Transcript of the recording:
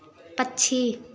पक्षी